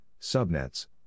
subnets